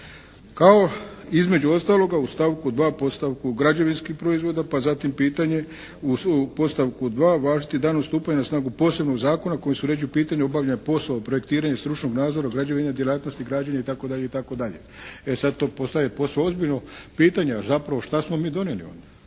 kao između ostaloga u stavku 2. podstavku građevinskih proizvoda, pa zatim pitanje u podstavku 2. važiti danom stupanja na snagu posebnog zakona kojim se uređuju pitanja obavljanja posla u projektiranju stručnog nadzora u djelatnosti građenja itd., itd. E sad to postaje posve ozbiljno pitanje, a zapravo šta smo mi donijeli onda?